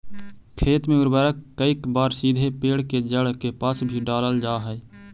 खेत में उर्वरक कईक बार सीधे पेड़ के जड़ के पास भी डालल जा हइ